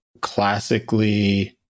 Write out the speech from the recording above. classically